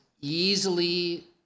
easily